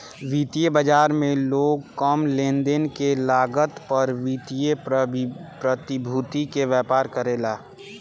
वित्तीय बाजार में लोग कम लेनदेन के लागत पर वित्तीय प्रतिभूति के व्यापार करेला लो